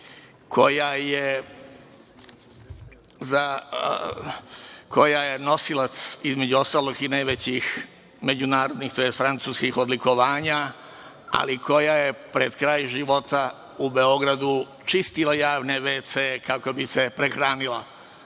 koja je nosilac, između ostalog, i najvećih međunarodnih tj. francuskih odlikovanja, ali koja je pred kraj života u Beogradu čistila javne VC-e, kako bi se prehranila,